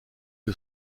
que